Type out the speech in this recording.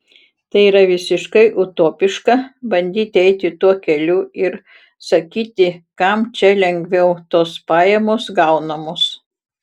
tai yra visiškai utopiška bandyti eiti tuo keliu ir sakyti kam čia lengviau tos pajamos gaunamos